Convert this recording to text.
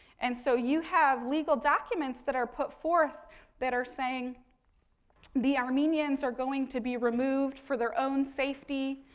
and so, you have legal documents that are put forth that are saying the armenians are going to be removed for their own safety,